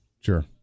Sure